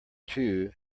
two